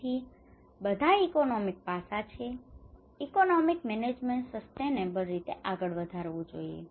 તેથી બધા ઇકોનોમિક પાસઓ છે ઇકોનોમિક મેનેજમેન્ટ સસ્ટેનેબલ રીતે આગળ વધારવું જોઈએ